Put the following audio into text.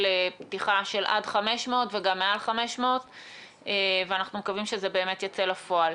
פתיחה של עד 500 וגם מעל 500. אנחנו מקווים שזה באמת יצא לפועל.